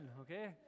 okay